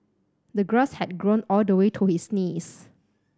the grass had grown all the way to his knees